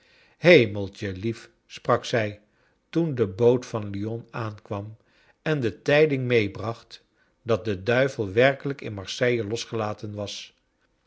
hemeltjelief sprak zij toen de boot van lyon aankwam en de tijding meebracht dat de duivel werkelijk in marseille losgelaten was